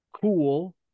cool